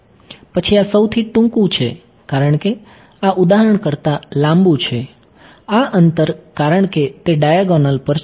પછી આ સૌથી ટૂંકું છે કારણ કે આ ઉદાહરણ કરતાં લાંબું છે આ અંતર કારણ કે તે ડાયાગોનલ પર છે